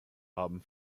haben